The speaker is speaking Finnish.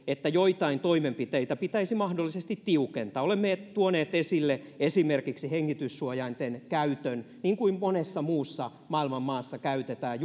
että joitain toimenpiteitä pitäisi mahdollisesti tiukentaa olemme tuoneet esille esimerkiksi hengityssuojainten käytön niin kuin monessa muussa maailman maassa käytetään